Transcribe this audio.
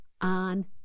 on